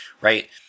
Right